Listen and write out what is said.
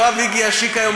יואב הגיע שיק היום",